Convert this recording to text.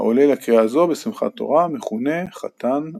העולה לקריאה זו בשמחת תורה מכונה "חתן בראשית".